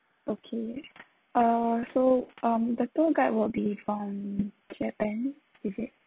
okay uh so um the tour guide will be from japan is it